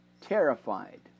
terrified